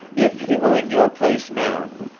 if he were in your place now,